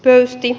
öisti